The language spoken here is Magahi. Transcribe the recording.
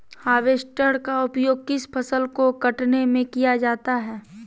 हार्बेस्टर का उपयोग किस फसल को कटने में किया जाता है?